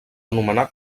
anomenar